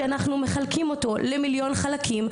שאותו אנחנו מחלקים למיליון חלקים,